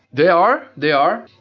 they are. they are.